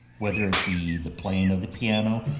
whether it be the playing of the piano,